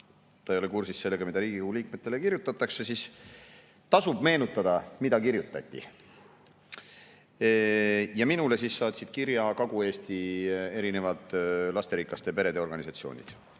ta ei ole kursis sellega, mida Riigikogu liikmetele kirjutatakse, siis tasub meenutada, mida kirjutati. Minule saatsid kirja Kagu-Eesti lasterikaste perede organisatsioonid: